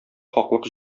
хаклык